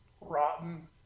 rotten